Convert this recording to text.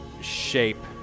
shape